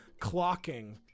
clocking